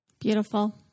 Beautiful